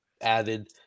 added –